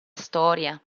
storia